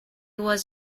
was